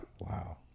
Wow